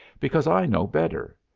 because i know better.